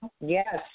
yes